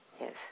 Yes